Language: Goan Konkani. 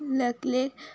लकले